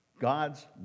God's